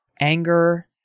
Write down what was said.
anger